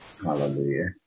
Hallelujah